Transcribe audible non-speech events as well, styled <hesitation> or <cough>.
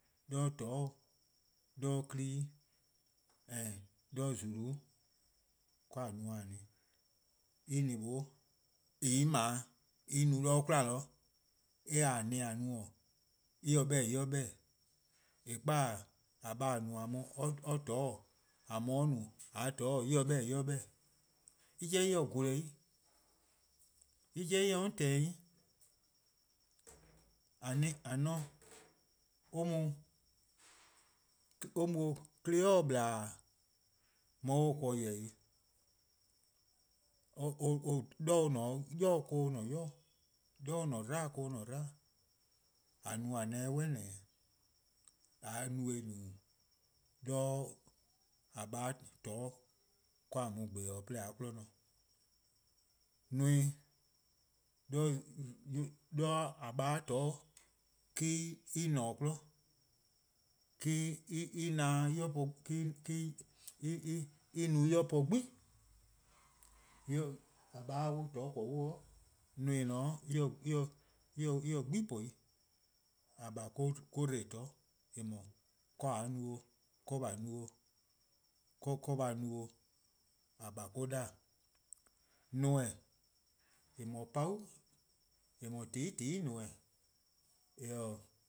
'De 'toror' 'di, 'de 'kpa+ 'di, <hesitation> 'de :zulu 'di 'de :a no-dih :a-a' ne. En :ne :mlor en 'ble-a 'de 'kwla 'zorn, en ;ne :a-a' :ne :an no-a en se 'beh-dih: en 'ye 'beh-dih:. Eh 'kpa :a :baa' :or no-a on, :a :mor or no-a, <hesitation> or 'toror' 'dekorn: :a :mor or-a :a-a' 'toror' en se :korn en 'ye 'beh-dih. En 'jeh eh :se gweh-eh dih 'i, eh 'jeh en :se teneh' 'i, <hesitation> :a nor-a 'klei' :ple, or mor or :se-or keh :yeh-dih 'i, <hesitation> 'de ybei' or :ne-a 'de or mu :ne-'. 'De 'dlu bo or :ne-a 'de or :ne 'de 'tlu bo, :a no-a neh 'weh 'suh :dhih 'o. :mor :a no-eh' :nooo: 'de :a :baa' 'toror' bo 'de :a mu 'kpa-dih, 'de :a 'ye 'kmo :ne. Neme, <hesitation> 'de :a :baa'-a' 'toror' 'di 'de en :ne-dih 'kmo, <hesitation> :me-: en no 'de en po 'gbu+. <hesitation> :mor :a :baa' se 'yoror' :dee, :yee' neme: :daa <hesitation> en :se-' 'gbu+ po 'o :dee. :a :baa' <hesitation> :or-: dbo :toror' :eh :mor 'kaa :a 'ye no 'o :kaa :a no, :kaa a 'ye no 'o, :a :baa' or-: 'da :a 'o. Neme: :eh 'dhu-a pabu'-', :eh no-a :tehn 'i :tehn 'i :neme, eh-: